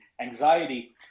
anxiety